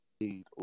need